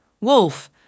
Wolf